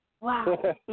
Wow